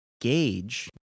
gauge